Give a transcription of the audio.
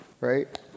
Right